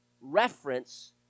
reference